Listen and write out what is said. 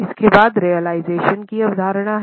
इसके बाद रेअलीसाशन की अवधारणा है